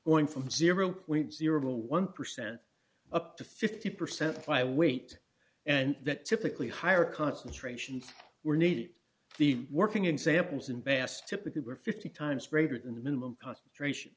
going from zero point zero one percent up to fifty percent if i wait and that typically higher concentrations were needed the working examples in bass typically were fifty times greater than the minimum concentration